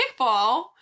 kickball